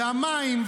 המים,